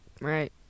Right